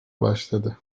başladı